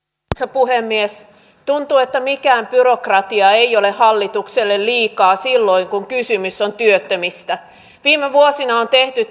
puhemies tuntuu että mikään byrokratia ei ole hallitukselle liikaa silloin kun kysymys on työttömistä viime vuosina on tehty